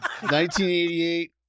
1988